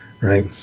right